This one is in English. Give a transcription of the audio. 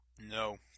No